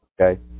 Okay